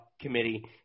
committee